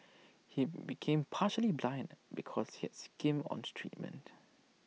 he became partially blind because he had skimmed on treatment